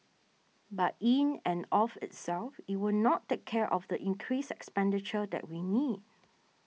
but in and of itself it will not take care of the increased expenditure that we need